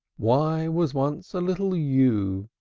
y was once a little yew,